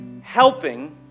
helping